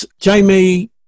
Jamie